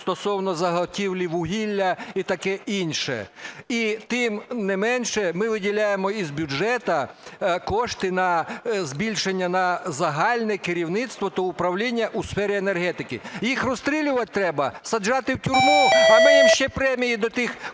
стосовно заготівлі вугілля і таке інше. І, тим не менше, ми виділяємо із бюджету кошти на збільшення на загальне керівництво та управління у сфері енергетики. Їх розстрілювати треба, саджати в тюрму, а ми їм ще премії до тих,